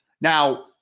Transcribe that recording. Now